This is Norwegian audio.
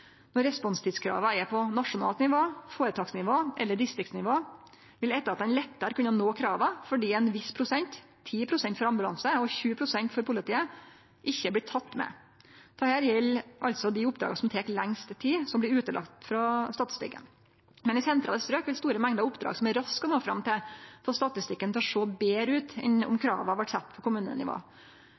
Når responstidskrava er på nasjonalt nivå, føretaksnivå eller distriktsnivå, vil etatane lettare kunne nå krava fordi ein viss prosent – 10 pst. for ambulanse og 20 pst. for politiet – ikkje blir teken med. Dette gjeld altså dei oppdraga som tek lengst tid, som blir utelatne frå statistikken. Men i sentrale strøk vil store mengder oppdrag som er raske å nå fram til, få statistikken til å sjå betre ut enn om krava vart sette på kommunenivå.